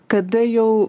kada jau